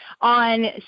on